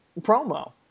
promo